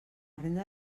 renda